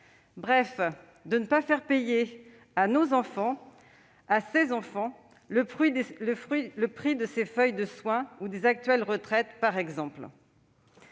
bref de ne pas faire payer à ses enfants le prix de ses feuilles de soins ou des actuelles retraites, par exemple.